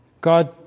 God